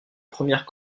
première